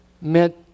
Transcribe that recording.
meant